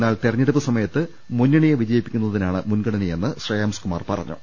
എന്നാൽ തെര ഞ്ഞെടുപ്പ് സമയത്ത് മുന്നണിയെ വിജയിപ്പിക്കുന്നതിനാണ് മുൻഗ ണനയെന്ന് ശ്രേയാംസ്കുമാർ പറഞ്ഞു